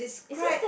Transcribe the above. great